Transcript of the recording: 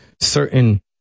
certain